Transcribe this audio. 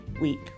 week